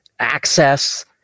access